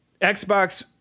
Xbox